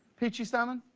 peachy salmon?